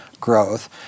growth